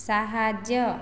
ସାହାଯ୍ୟ